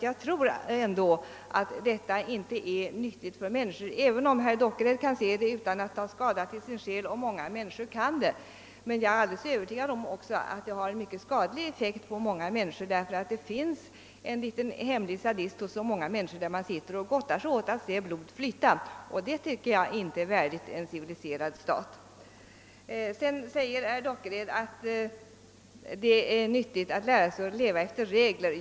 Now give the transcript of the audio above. Jag tror inte att det kan vara nyttigt för människor att läsa härom, även om herr Dockered och många med honom kan göra det utan att ta skada till sin själ. På en hel del människor har det säkerligen en skadlig effekt. Det finns en liten hemlig sadist inom många som gottar sig åt att se blod flyta. Det tycker jag inte är värdigt en civiliserad stat. Herr Dockered säger vidare, att det är nyttigt att lära sig att leva efter regler.